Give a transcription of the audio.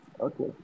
Okay